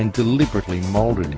and deliberately molded